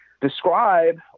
describe